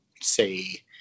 say